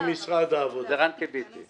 אחר כך אני אחזור אליך, אל תדאג.